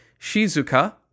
Shizuka